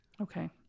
Okay